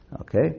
okay